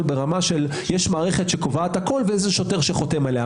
ברמה של יש מערכת שקובעת הכול ושוטר שחותם עליה,